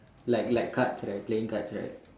like like cards like playing cards right